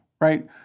right